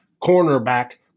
cornerback